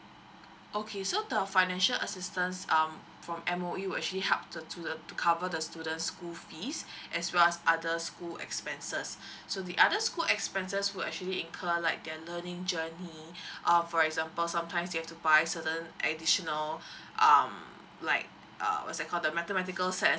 okay so the financial assistance um from M_O_E will actually help to to the to cover the student's school fees as well as other school expenses so the other school expenses will actually incur like their learning journey err for example sometimes you have to buy certain additional um like uh what's that called the mathematical set